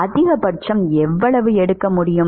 அதிகபட்சம் எவ்வளவு எடுக்க முடியும்